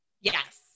Yes